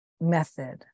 method